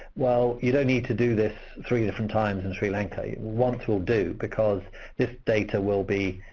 well, you don't need to do this three different times in sri lanka. once will do, because this data will be.